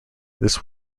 this